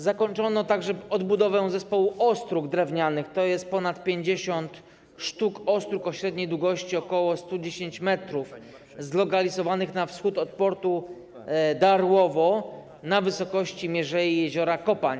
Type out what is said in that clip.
Zakończono także odbudowę zespołu ostróg drewnianych, to ponad 50 szt. ostróg o średniej długości ok. 110 m zlokalizowanych na wschód od portu Darłowo na wysokości mierzei jeziora Kopań.